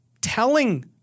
telling